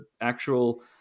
actual